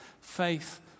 Faith